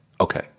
Okay